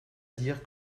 dire